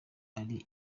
atari